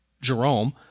Jerome